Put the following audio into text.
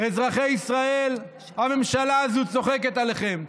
אזרחי ישראל, הממשלה הזו צוחקת עליכם.